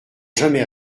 jamais